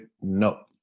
no